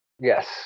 Yes